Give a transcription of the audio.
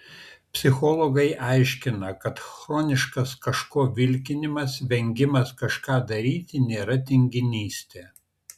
psichologai aiškina kad chroniškas kažko vilkinimas vengimas kažką daryti nėra tinginystė